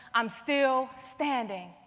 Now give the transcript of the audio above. i'm still standing.